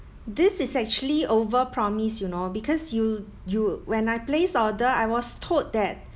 this is actually over promise you know because you you when I placed order I was told that